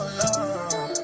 love